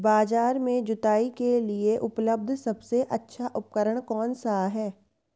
बाजार में जुताई के लिए उपलब्ध सबसे अच्छा उपकरण कौन सा है?